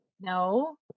No